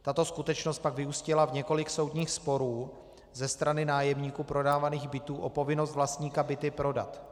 Tato skutečnost pak vyústila v několik soudních sporů ze strany nájemníků prodávaných bytů o povinnost vlastníka byty prodat.